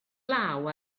law